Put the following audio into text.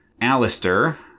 Alistair